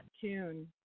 tune